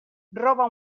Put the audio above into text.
roba